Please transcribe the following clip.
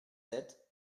sept